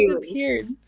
disappeared